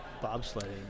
bobsledding